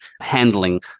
handling